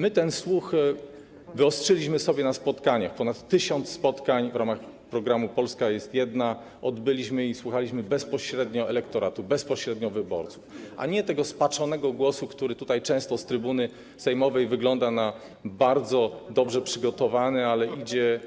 My ten słuch wyostrzyliśmy sobie na spotkaniach - ponad tysiąc spotkań w ramach programu „Polska jest jedna” odbyliśmy i słuchaliśmy bezpośrednio elektoratu, bezpośrednio wyborców, a nie tego spaczonego głosu, który tutaj często z trybuny sejmowej wygląda na bardzo dobrze przygotowany, ale idzie,